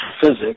physics